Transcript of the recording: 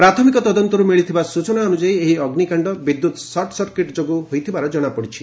ପ୍ରାଥମିକ ତଦନ୍ତରୁ ମିଳିଥିବା ସୂଚନା ଅନୁଯାୟୀ ଏହି ଅଗ୍ନିକାଣ୍ଡ ବିଦ୍ୟୁତ୍ ସଟ୍ସର୍କିଟ୍ ଯୋଗୁଁ ହୋଇଥିବା ଜଣାପଡ଼ିଛି